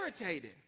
irritated